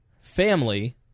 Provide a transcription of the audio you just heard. family